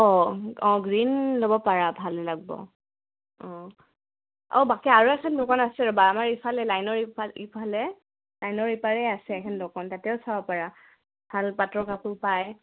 অঁ অঁ গ্ৰীণ ল'ব পাৰা ভালে লাগিব অঁ আৰু বাকী আৰু এখন দোকান আছে ৰ'বা আমাৰ এইফালে লাইনৰ এই ইফালে লাইনৰ ইপাৰে আছে এখন দোকান তাতেও চাব পাৰা ভাল পাটৰ কাপোৰ পায়